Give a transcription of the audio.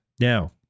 Now